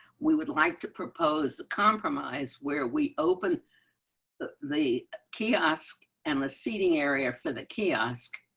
we would like to propose compromise where we open the the kiosk, and the seating area for the kiosk,